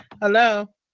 Hello